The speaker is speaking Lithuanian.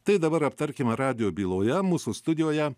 tai dabar aptarkime radijo byloje mūsų studijoje